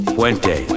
Puente